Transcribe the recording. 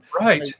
Right